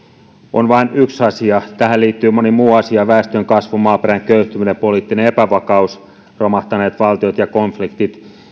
on vain yksi asia tähän liittyy moni muu asia väestönkasvu maaperän köyhtyminen ja poliittinen epävakaus romahtaneet valtiot ja konfliktit